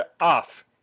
off